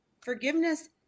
forgiveness